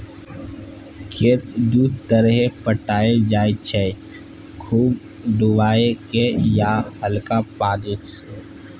खेत दु तरहे पटाएल जाइ छै खुब डुबाए केँ या हल्का पानि सँ